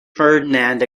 ferdinand